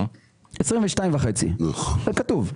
22,500. כתוב.